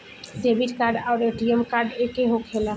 Debit card आउर ATM card एके होखेला?